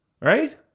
Right